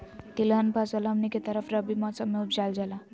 तिलहन फसल हमनी के तरफ रबी मौसम में उपजाल जाला